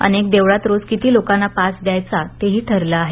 अनेक देवळात रोज किती लोकांना पास द्यायचा ते ही ठरलं आहे